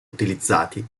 utilizzati